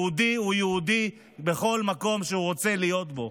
יהודי הוא יהודי בכל מקום שהוא רוצה להיות בו.